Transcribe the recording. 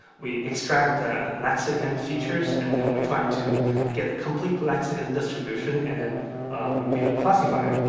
we extract the lexical features, and then we trying to get the complete but lexical and distribution and then we'd be able to classify.